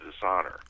dishonor